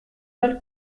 mal